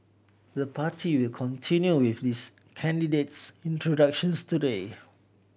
the party will continue with its candidates introductions today